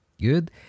Good